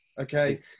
okay